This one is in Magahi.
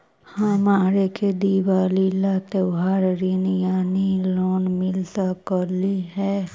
हमरा के दिवाली ला त्योहारी ऋण यानी लोन मिल सकली हे?